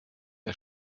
der